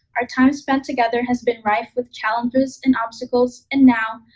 our time spent together has been rife with challenges and obstacles, and now,